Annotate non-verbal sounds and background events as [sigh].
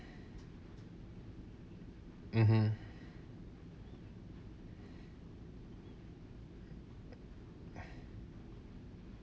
[breath] mmhmm